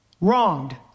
Wronged